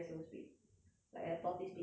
like a tortoise speed but it'll move lor